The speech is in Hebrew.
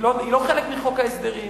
היא לא חלק מחוק ההסדרים,